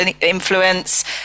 influence